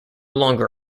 longer